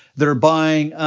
they're buying